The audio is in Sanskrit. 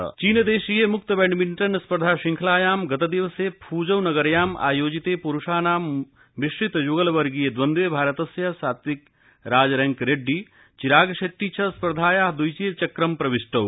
बै मिण्टन चीनदेशीय मुक्त बैडमिण्टन् स्पर्धा शृंखलायां गतदिवसे फ़्ज़ौ नगर्याम् आयोजिते प्रुषाणां मिश्रित य्गल वर्गीये द्वन्द्वे भारतस्य सात्विकराज रैंकी रेड्डी चिराग शेट्टी च स्पर्धायाः दवितीय चक्रं प्रविष्टौ